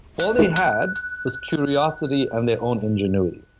all they had was curiosity and their own ingenuity.